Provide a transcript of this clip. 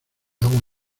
agua